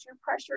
pressure